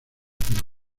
pero